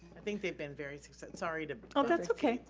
i think they've been very successful. sorry to oh, that's okay.